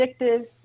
addictive